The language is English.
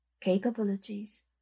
capabilities